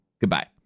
Goodbye